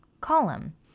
column